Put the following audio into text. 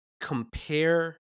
compare